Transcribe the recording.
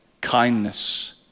kindness